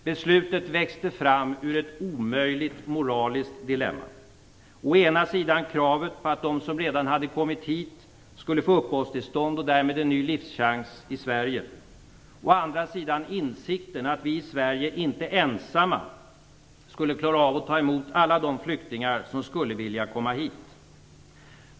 Beslutet växte fram ur ett omöjligt moraliskt dilemma: Å ena sidan kravet på att dem som redan hade kommit hit skulle få uppehållstillstånd och därmed en ny livschans i Sverige, å andra sidan insikten att vi i Sverige inte ensamma skulle klara av att ta emot alla de flyktingar som skulle vilja komma hit.